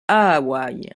hawaii